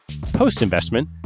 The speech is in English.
Post-investment